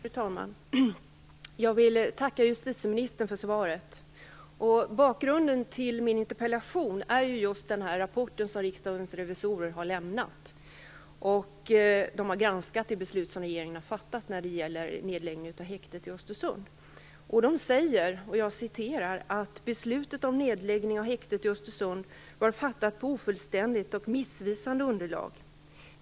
Fru talman! Jag vill tacka justitieministern för svaret. Bakgrunden till min interpellation är just den rapport som Riksdagens revisorer har lämnat. De har granskat regeringens beslut om nedläggning av häktet i Östersund. De säger att beslutet om nedläggning av häktet i Östersund var fattat på ofullständigt och missvisande underlag.